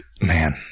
Man